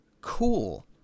cool